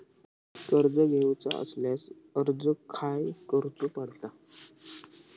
कर्ज घेऊचा असल्यास अर्ज खाय करूचो पडता?